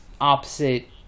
opposite